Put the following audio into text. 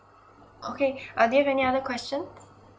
okay uh do you have any other questions